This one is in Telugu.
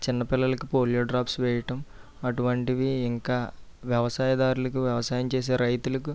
చిన్నపిల్లలకి పోలియో డ్రాప్స్ వేయటం అటువంటివి ఇంకా వ్యవసాయదారులకు వ్యవసాయం చేసే రైతులకు